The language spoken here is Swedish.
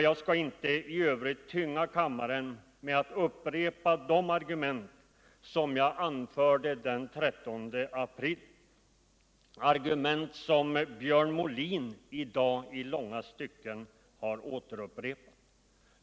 Jag skall inte i övrigt tynga kammaren med att upprepa de argument som jag anförde den 13 april — argument som Björn Molin i dag i långa stycken har upprepat.